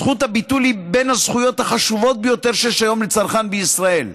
זכות הביטול היא בין הזכויות החשובות ביותר שיש היום לצרכן בישראל.